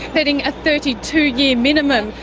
setting a thirty two year minimum.